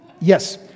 Yes